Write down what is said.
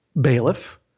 bailiff